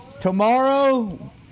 Tomorrow